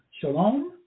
shalom